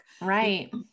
Right